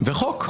וחוק.